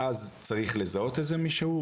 ואז צריך לזהות איזה מישהו,